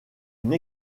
une